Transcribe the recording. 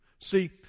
See